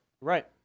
Right